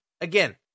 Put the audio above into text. again